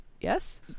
Yes